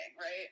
right